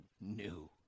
new